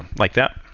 like that.